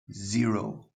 zero